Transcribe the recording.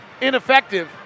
ineffective